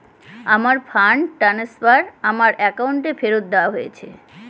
আমার fund transfer আমার অ্যাকাউন্টে ফেরত দেওয়া হয়েছে